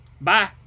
Bye